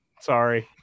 sorry